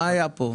מה היה פה?